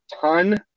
ton